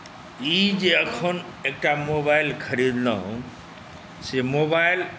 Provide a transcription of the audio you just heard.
ई जे एखन एकटा मोबाइल खरीदलहुँ से मोबाइल